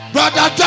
Brother